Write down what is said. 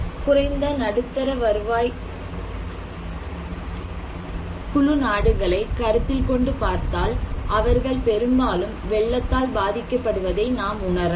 குறைந்த நடுத்தர வருவாய் குழு நாடுகளை கருத்தில் கொண்டு பார்த்தால் அவர்கள் பெரும்பாலும் வெள்ளத்தால் பாதிக்கப்படுவதை நாம் உணரலாம்